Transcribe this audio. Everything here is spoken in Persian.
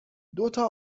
دوتا